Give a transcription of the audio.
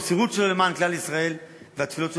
המסירות שלו למען כלל ישראל והתפילות שלו,